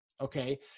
okay